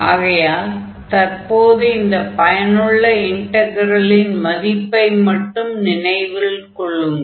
ஆகையால் தற்போது இந்த பயனுள்ள இன்டக்ரலின் மதிப்பை மட்டும் நினைவில் கொள்ளுங்கள்